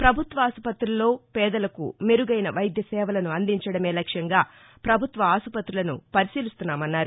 పభుత్వ ఆసుపత్రుల్లో పేదలకు మెరుగైన వైద్య సేవలను అందించడమే లక్ష్యంగా ప్రభుత్వ ఆసుపత్రులను పరిశీలిస్తున్నామన్నారు